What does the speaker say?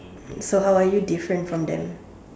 so how are you different from them